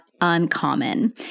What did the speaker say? uncommon